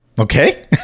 Okay